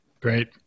Great